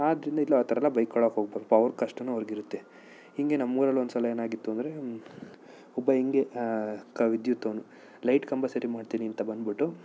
ಆದ್ರಿಂದ ಇಲ್ಲ ಆ ಥರ ಎಲ್ಲ ಬೈಕೊಳೊಹೋಗಬಾರ್ದು ಪಾ ಅವ್ರ ಕಷ್ಟವೂ ಅವ್ರಿಗಿರುತ್ತೆ ಹಿಂಗೆ ನಮ್ಮೂರಲ್ಲೊಂದುಸಲ ಏನಾಗಿತ್ತು ಅಂದರೆ ಒಬ್ಬ ಹಿಂಗೆ ಕ ವಿದ್ಯುತ್ತವನು ಲೈಟ್ ಕಂಬ ಸರಿ ಮಾಡ್ತೀನೀಂತ ಬಂದ್ಬಿಟ್ಟು